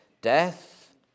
Death